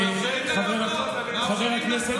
מאפשרים